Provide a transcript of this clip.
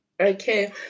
Okay